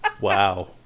Wow